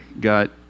got